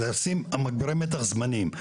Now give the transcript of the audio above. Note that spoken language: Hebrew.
לשים מגברי מתח זמניים.